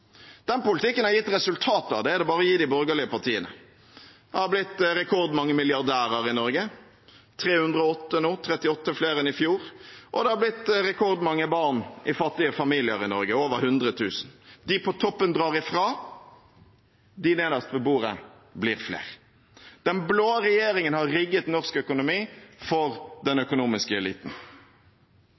Den politikken har gitt resultater, det er det bare å gi de borgerlige partiene. Det har blitt rekordmange milliardærer i Norge – 308 nå, 38 flere enn i fjor – og det har blitt rekordmange barn i fattige familier i Norge, over 100 000. De på toppen drar ifra, de nederst ved bordet blir flere. Den blå regjeringen har rigget norsk økonomi for den økonomiske eliten.